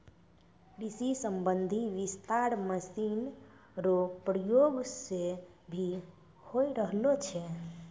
कृषि संबंधी विस्तार मशीन रो प्रयोग से भी होय रहलो छै